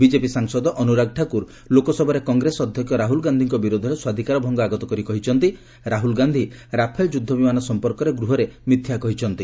BJP ସାଂସଦ ଅନୁରାଗ ଠାକୁର ଲୋକସଭାରେ କଂଗ୍ରେସ ଅଧ୍ୟକ୍ଷ ରାହୁଲ୍ ଗାନ୍ଧିଙ୍କ ବିରୋଧରେ ସ୍ୱାଧୀକାର ଭଙ୍ଗ ଆଗତ କରି କହିଛନ୍ତି ରାହୁଲ୍ ଗାନ୍ଧି ରାଫେଲ୍ ଯୁଦ୍ଧବିମାନ ସମ୍ପର୍କରେ ଗୃହରେ ମିଥ୍ୟା କହିଛନ୍ତି